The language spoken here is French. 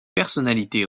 personnalité